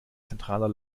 zentraler